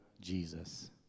Jesus